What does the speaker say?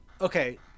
okay